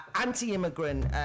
anti-immigrant